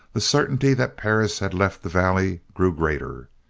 the certainty that perris had left the valley grew greater.